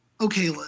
Okay